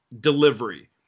delivery